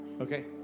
Okay